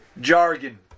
jargon